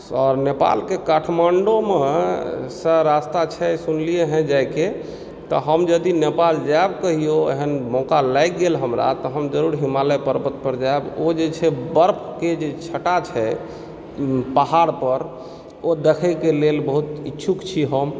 आओर नेपालके काठमांडूमऽ सऽ रस्ता छै सुनलियै हँ जाइके तऽ हम यदि नेपाल जायब कहिओ एहन मौका लागि गेल हमरा तऽ हम जरुर हिमालय पर्वत पर जायब ओ जे छै बर्फके जे छटा छै पहाड़ पर ओ देखयके लेल बहुत इच्छुक छी हम